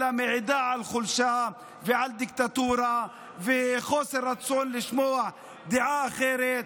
אלא מעידה על חולשה ועל דיקטטורה וחוסר רצון לשמוע דעה אחרת.